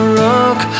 rock